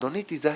אדוני תיזהר,